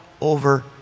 over